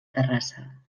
terrassa